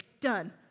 Done